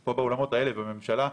פה באולמות האלה בממשלה,